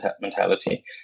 mentality